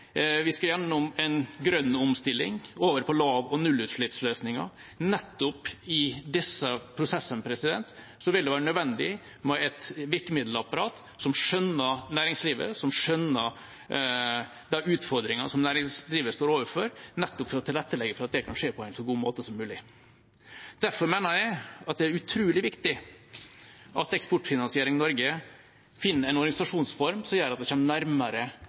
Vi skal gjennom en grønn omstilling og over på lav- og nullutslippsløsninger. Nettopp i disse prosessene vil det være nødvendig med et virkemiddelapparat som skjønner næringslivet, som skjønner de utfordringene som næringslivet står overfor, nettopp for å tilrettelegge for at det kan skje på en så god måte som mulig. Derfor mener jeg det er utrolig viktig at Eksportfinansiering Norge finner en organisasjonsform som gjør at de kommer nærmere